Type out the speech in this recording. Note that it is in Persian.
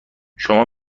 شما